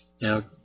Now